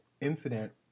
incident